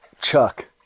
Chuck